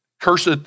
cursed